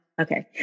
Okay